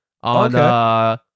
on